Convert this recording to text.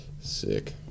Sick